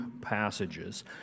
passages